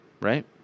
Right